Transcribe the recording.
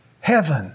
heaven